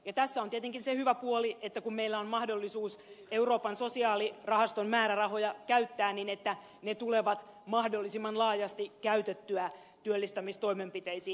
tässä on tietenkin se hyvä puoli että kun meillä on mahdollisuus euroopan sosiaalirahaston määrärahoja käyttää niin ne tulevat mahdollisimman laajasti käytettyä työllistämistoimenpiteisiin